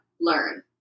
learn